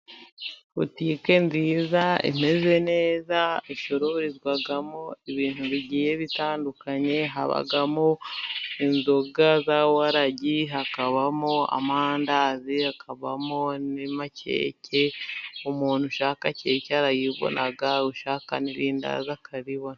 Botike nziza imeze neza icururizwamo ibintu bigiye bitandukanye habamo :inzoga za waragi ,hakabamo amandazi ,hakabamo n'amakeke ,umuntu ushaka keke arayibona ,ushaka n'irindazi akaribona.